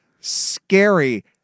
scary